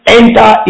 enter